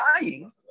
dying